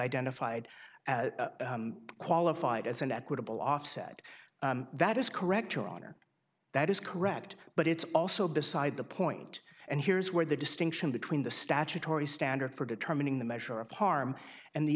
identified qualified as an equitable offset that is correct your honor that is correct but it's also beside the point and here's where the distinction between the statutory standard for determining the measure of harm and the